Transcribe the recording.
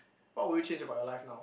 what would you change about your life now